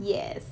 yes